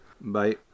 Bye